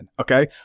Okay